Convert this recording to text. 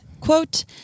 quote